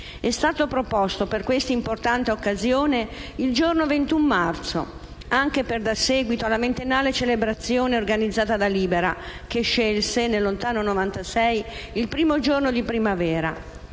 È stato proposto, per questa importante occasione, il giorno 21 marzo, anche per dar seguito alla ventennale celebrazione organizzata da Libera, che scelse, nel lontano 1996, il primo giorno di primavera,